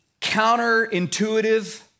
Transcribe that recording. counterintuitive